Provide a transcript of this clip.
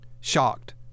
shocked